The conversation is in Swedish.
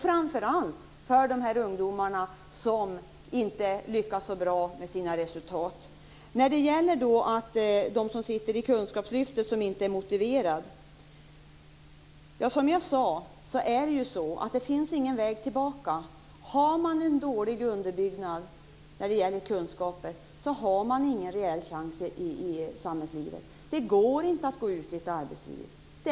Framför allt tänker jag då på de ungdomar som inte lyckas nå så bra resultat. Sedan några ord om dem som finns inom ramen för kunskapslyftet och som inte är särskilt motiverade. Som jag redan sagt finns det ingen väg tillbaka. Den som har en dålig kunskapsunderbyggnad har ingen reell chans i samhället. Det går inte att gå ut i arbetslivet då.